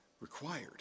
required